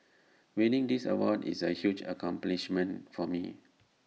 winning this award is A huge accomplishment for me